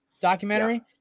documentary